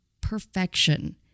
perfection